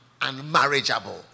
unmarriageable